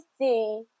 see